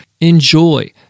enjoy